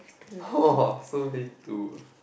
!wah! so many two